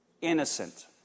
innocent